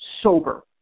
sober